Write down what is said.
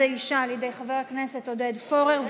האישה על ידי חברי הכנסת עודד פורר,